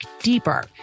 deeper